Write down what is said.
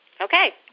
Okay